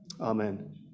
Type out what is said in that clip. amen